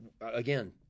again